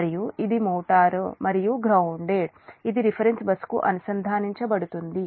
మరియు ఇది మోటారు మరియు గ్రౌన్దేడ్ ఇది రిఫరెన్స్ బస్సుకు అనుసంధానించబడుతుంది